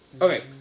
Okay